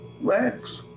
Legs